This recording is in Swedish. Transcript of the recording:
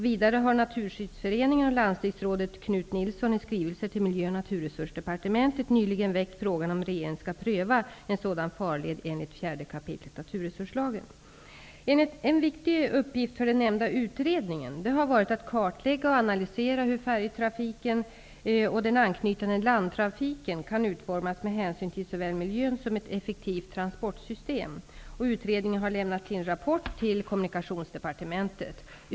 Vidare har Nilsson i skrivelser till Miljö och naturresursdepartementet nyligen väckt frågan om regeringen skall pröva en sådan farled enligt 4 kap. En viktig uppgift för den nämnda utredningen har varit att kartlägga och analysera hur färjetrafiken och den anknytande landtrafiken kan utformas med hänsyn till såväl miljön som ett effektivt transportsystem. Utredningen har lämnat sin rapport till Kommunikationsdepartementet.